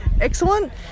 Excellent